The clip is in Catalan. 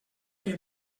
que